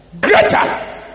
Greater